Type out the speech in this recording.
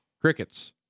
Crickets